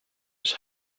its